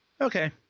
Okay